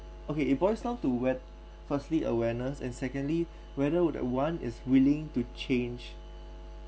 okay it boils down to whet~ firstly awareness and secondly whether would that one is willing to change